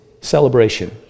celebration